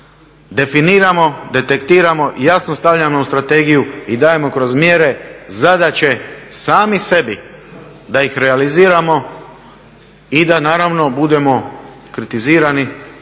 definiramo, detektiramo i jasno stavljamo u strategiju i dajemo kroz mjere, zadaće sami sebi da ih realiziramo i da budemo kritizirani